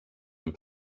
and